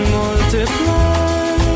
multiply